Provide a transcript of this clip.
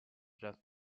just